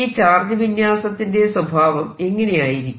ഈ ചാർജ് വിന്യാസത്തിന്റെ സ്വഭാവം എങ്ങനെയായിരിക്കും